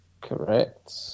Correct